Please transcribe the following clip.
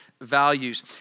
values